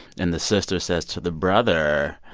and the sister says to the brother,